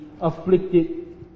afflicted